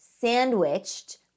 sandwiched